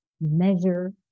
measure